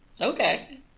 okay